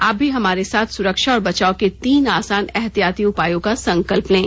आप भी हमारे साथ सुरक्षा और बचाव के तीन आसान एहतियाती उपायों का संकल्प लें